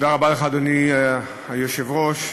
אדוני היושב-ראש,